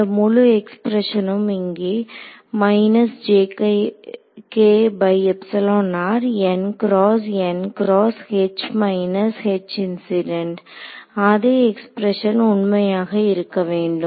இந்த முழு எக்ஸ்பிரஷனும் இங்கே அதே எக்ஸ்பிரஷன் உண்மையாக இருக்கவேண்டும்